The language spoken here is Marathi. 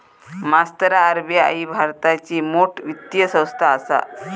मास्तरा आर.बी.आई भारताची मोठ वित्तीय संस्थान आसा